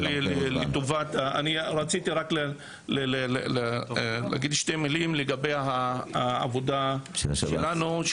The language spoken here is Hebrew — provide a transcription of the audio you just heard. רציתי להגיד מספר מילים לגבי העבודה שלנו,